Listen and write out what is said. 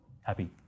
happy